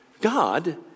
God